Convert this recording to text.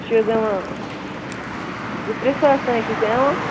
یہِ چھِ حظ یِوان زٕ ترٛےٚ ساس تام چھِس یِوان